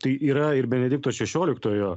tai yra ir benedikto šešioliktojo